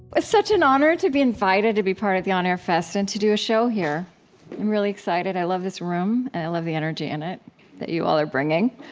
it's such an honor to be invited to be part of the on air fest and to do a show here. i'm really excited. i love this room, and i love the energy in it that you all are bringing.